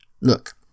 Look